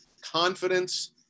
confidence